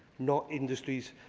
not industries